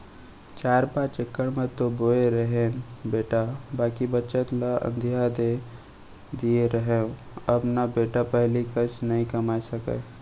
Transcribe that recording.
चार पॉंच इकड़ म तो बोए रहेन बेटा बाकी बचत ल अधिया दे दिए रहेंव अब न बेटा पहिली कस नइ कमाए सकव